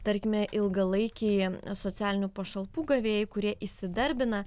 tarkime ilgalaikį socialinių pašalpų gavėjai kurie įsidarbina